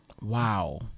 Wow